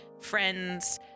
friends